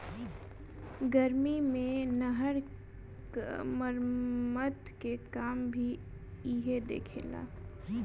गर्मी मे नहर क मरम्मत के काम भी इहे देखेला